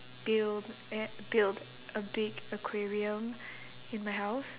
build a build a big aquarium in my house